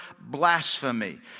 blasphemy